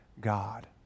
God